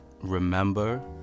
Remember